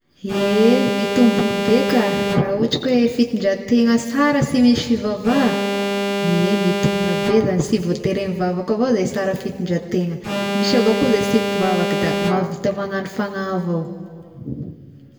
Eeh mitombogna be ka raha ohatry hoe fitondran-tegna sara sy misy fivavahà, eeh mitombogna be zagny, sy voatery ia mivavaka avao ze sara fitondran-tegna, misy avao koa izay sy mpivavaka da mahavita magnano fagnahy avao.